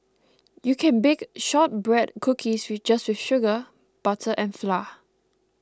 you can bake Shortbread Cookies just with sugar butter and flour